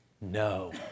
No